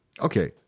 Okay